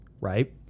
right